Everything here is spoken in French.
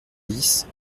dix